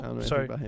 sorry